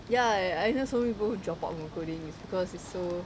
ya ya I know some people who drop out from coding because it's so